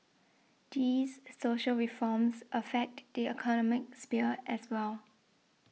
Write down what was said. these social reforms affect the economic sphere as well